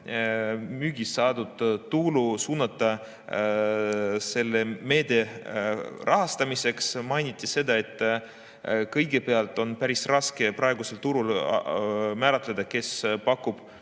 CO2müügist saadud tulu suunata selle meetme rahastamiseks. Mainiti seda, et kõigepealt on päris raske praegusel turul määratleda, kes pakub